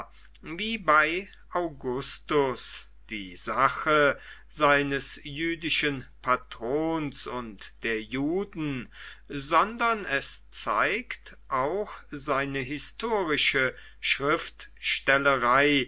wie bei augustus die sache seines jüdischen patrons und der juden sondern es zeigt auch seine historische